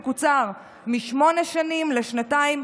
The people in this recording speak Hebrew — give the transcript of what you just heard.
תקוצר משמונה שנים לשנתיים,